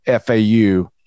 FAU